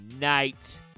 night